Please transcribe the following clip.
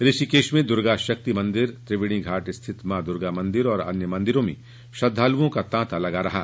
ऋषिकेश में दर्गा शक्ति मन्दिर त्रिवेणी घाट स्थित मां दर्गा मन्दिर व अन्य मंदिरों में श्रद्दालुओं का तांता लगा रहा